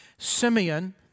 Simeon